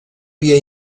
via